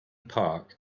park